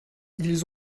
ils